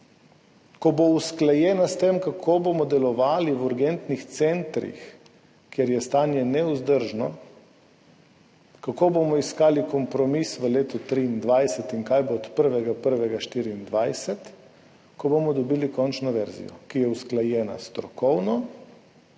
ki bo usklajena s tem, kako bomo delovali v urgentnih centrih, kjer je stanje nevzdržno, kako bomo iskali kompromis v letu 2023 in kaj bo od 1. 1. 2024, ko bomo dobili končno verzijo, ki bo usklajena strokovno,